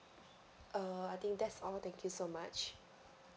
uh I think that's all thank you so much